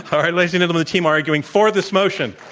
um like team and ah team arguing for this motion.